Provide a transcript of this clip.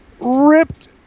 ripped